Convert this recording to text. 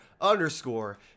underscore